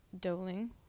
doling